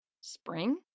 Spring